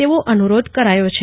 તેવો અનુરોધ કરાયો છે